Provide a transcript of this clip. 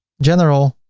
general